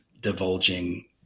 divulging